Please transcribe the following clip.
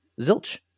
zilch